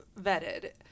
vetted